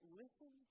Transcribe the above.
listen